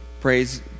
praise